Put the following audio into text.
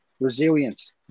resilience